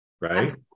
Right